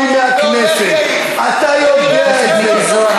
עבור מה עשיתם את זה, חבר הכנסת מיקי זוהר?